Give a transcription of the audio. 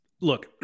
look